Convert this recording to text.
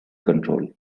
control